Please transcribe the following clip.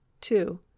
two